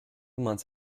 months